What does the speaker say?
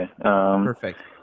Perfect